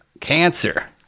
cancer